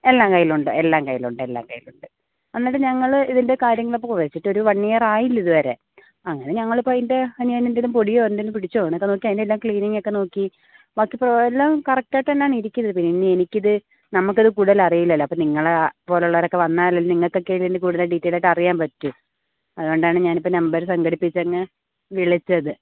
എല്ലാം കൈയിലുണ്ട് എല്ലാം കൈയിലുണ്ട് എല്ലാം കൈയിലുണ്ട് എന്നിട്ട് ഞങ്ങൾ ഇതിൻ്റെ കാര്യങ്ങൾ ഇപ്പോൾ വേടിച്ചിട്ടു ഒരു വൺ ഇയർ ആയില്ല ഇതുവരെ അത് ഞങ്ങൾ ഇപ്പോൾ അതിൻ്റെ ഇനി അതിന് എന്തെങ്കിലും പൊടിയോ എന്തെങ്കിലും പിടിച്ചോ എന്ന് നോക്കി അതിൻ്റെ ക്ലീനിങ് ഒക്കെ നോക്കി ബാക്കി എല്ലാം കറക്ട് ആയിട്ട് തന്നെ ആണ് ഇരിക്കുന്നത് പിന്നെ എനിക്ക് ഇത് നമ്മൾക്ക് അത് കൂടുതൽ അറിയില്ലല്ലോ അപ്പോൾ നിങ്ങളെ പോലുള്ളവരൊക്കെ വന്നാൽ നിങ്ങൾക്കല്ലേ ഇതിൻ്റെ കൂടുതൽ ഡീറ്റൈല് ആയിട്ട് അറിയാൻ പറ്റൂ അതുകൊണ്ടാണ് ഞാൻ ഇപ്പോൾ നമ്പര് സംഘടിപ്പിച്ചു തന്നെ വിളിച്ചത്